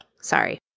Sorry